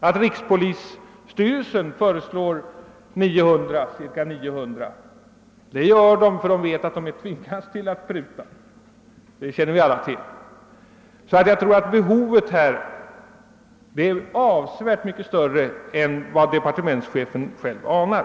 När rikspolisstyrelsen föreslår ca 900 tjänster gör den det som vi alla känner till, därför att den vet att den tvingas pruta. Jag anser alltså att behovet är avsevärt mycket större än vad departementschefen anar.